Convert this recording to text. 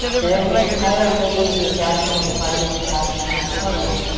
during his pilot days, he was asked to apply to the astronaut program.